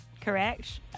Correct